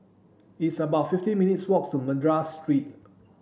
it's about fifty minutes' walk to Madras Street